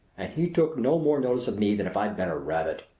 and he took no more notice of me than if i'd been a rabbit!